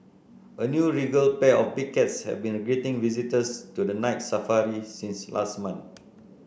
a new regal pair of big cats has been greeting visitors to the Night Safari since last month